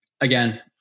again